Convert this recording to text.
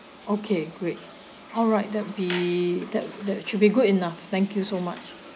okay great alright that would be that that should be good enough thank you so much